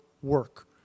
work